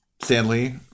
stanley